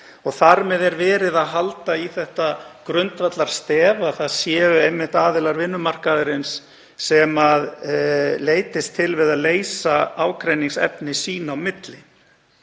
Þar með er verið að halda í það grundvallarstef að það séu einmitt aðilar vinnumarkaðarins sem leitist til við að leysa ágreiningsefni sín á milli.